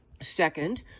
Second